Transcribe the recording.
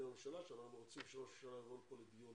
תכתבו מכתב למזכיר הממשלה שאנחנו רוצים שראש הממשלה יבוא לפה לדיון